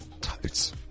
Totes